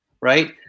right